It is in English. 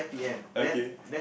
okay